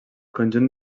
conjunt